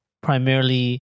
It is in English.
primarily